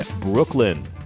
Brooklyn